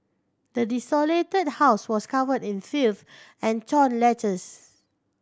the desolated house was covered in filth and torn letters